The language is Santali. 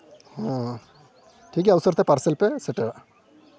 ᱦᱚᱸ ᱴᱷᱤᱠ ᱜᱮᱭᱟ ᱩᱥᱟᱹᱛᱮ ᱯᱟᱨᱥᱮᱞ ᱯᱮ ᱥᱮᱴᱮᱨᱚᱜᱼᱟ